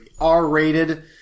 r-rated